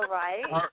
right